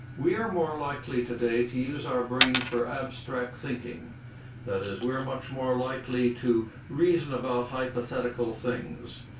we are more likely today to use our brains for abstract thinking that is we're much more likely to reason about hypothetical things.